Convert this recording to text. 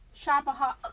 Shopaholic